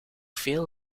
veel